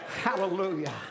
Hallelujah